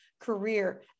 career